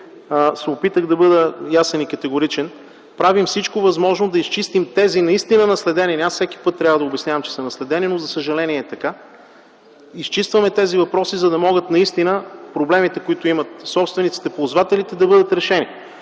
се опитах да бъда ясен и категоричен. Правим всичко възможно да изчистим тези наистина наследени (всеки път трябва да обяснявам, че са наследени, но за съжаление е така) въпроси, за да могат проблемите, които имат собствениците, ползвателите, да бъдат решени.